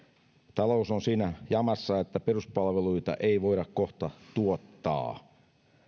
talous on siinä jamassa että peruspalveluita ei voida kohta tuottaa